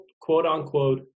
quote-unquote